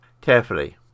carefully